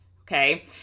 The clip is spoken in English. okay